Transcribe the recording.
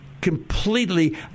completely